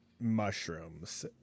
mushrooms